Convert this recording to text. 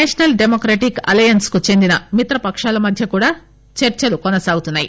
national democratic alliance కు చెందిన మిత్రపకాల మధ్య కూడా చర్చలు కొనసాగుతున్నాయి